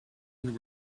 and